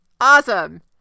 awesome